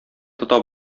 тота